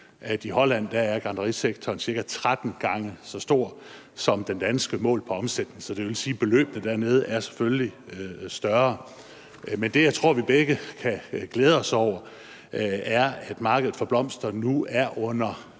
at i Holland er gartnerisektoren ca. 13 gange så stor som den danske målt i omsætning. Så det vil sige, at beløbene dernede selvfølgelig er større. Men det, jeg tror vi begge kan glæde os over, er, at markedet for blomster nu er under